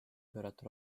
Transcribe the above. pöörata